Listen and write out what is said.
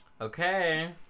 Okay